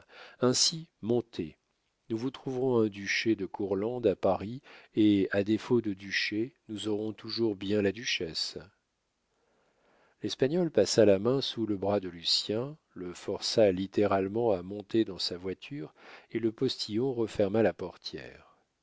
ainsi montez nous vous trouverons un duché de courlande à paris et à défaut de duché nous aurons toujours bien la duchesse l'espagnol passa la main sous le bras de lucien le força littéralement à monter dans sa voiture et le postillon referma la portière